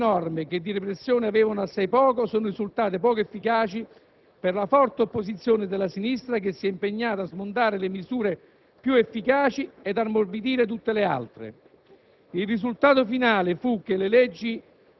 La realtà è che quelle norme - che di repressivo avevano assai poco - sono risultate poco efficaci per la forte opposizione della sinistra, che si è impegnata a smontare le misure più efficaci ed ammorbidire tutte le altre.